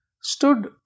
stood